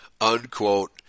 Unquote